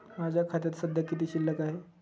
माझ्या खात्यात सध्या किती शिल्लक आहे?